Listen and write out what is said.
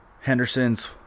Henderson's